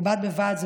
בד בבד,